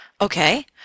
Okay